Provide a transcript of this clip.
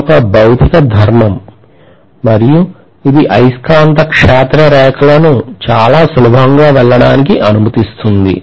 ఇది ఒక భౌతిక ధర్మం మరియు ఇది అయస్కాంత క్షేత్ర రేఖలను చాలా సులభంగా వెళ్ళడానికి అనుమతిస్తుంది